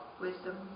Wisdom